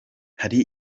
hari